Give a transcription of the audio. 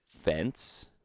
...fence